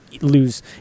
lose